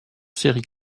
série